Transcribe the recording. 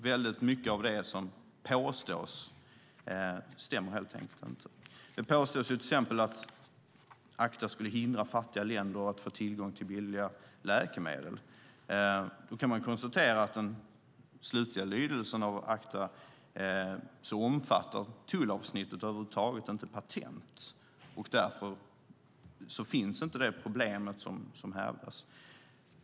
Väldigt mycket av det som påstås stämmer helt enkelt inte. Det påstås till exempel att ACTA skulle hindra fattiga länder att få tillgång till billiga läkemedel. Man kan konstatera att i den slutliga lydelsen av ACTA omfattar tullavsnittet över huvud taget inte patent. Därför finns inte det problem som hävdas.